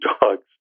dogs